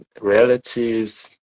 relatives